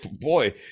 Boy